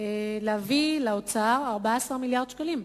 להביא לאוצר 14 מיליארד שקלים,